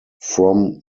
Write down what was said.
from